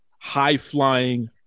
high-flying